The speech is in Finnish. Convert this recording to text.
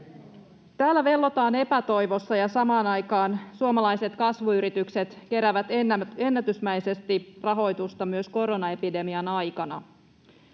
Täällä vellotaan epätoivossa, ja samaan aikaan suomalaiset kasvuyritykset keräävät ennätysmäisesti rahoitusta myös koronaepidemian aikana.